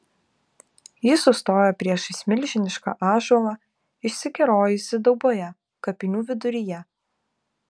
ji sustojo priešais milžinišką ąžuolą išsikerojusį dauboje kapinių viduryje